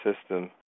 system